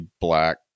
black